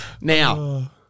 Now